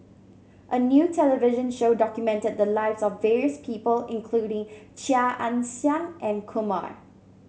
a new television show documented the lives of various people including Chia Ann Siang and Kumar